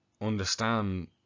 understand